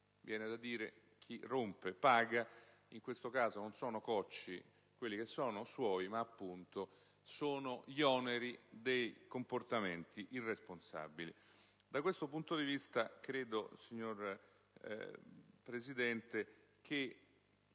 Viene da dire: chi rompe paga (in questo caso non sono cocci quelli che sono suoi, ma sono gli oneri dei comportamenti irresponsabili). Da questo punto di vista credo, signor Presidente, che